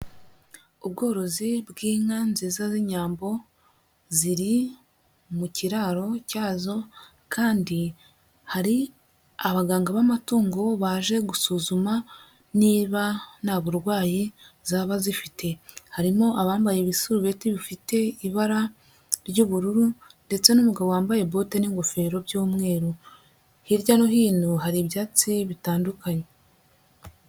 Ubworozi bw'inka nziza z'inyambo ziri mu kiraro cyazo kandi hari abaganga b'amatungo baje gusuzuma niba nta burwayi zaba zifite, harimo abambaye ibisurubeti bifite ibara ry'ubururu ndetse n'umugabo wambaye bote n'ingofero by'umweru, hirya no hino hari ibyatsi bitandukanye.